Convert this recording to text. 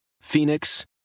Phoenix